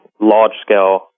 large-scale